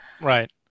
Right